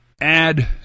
add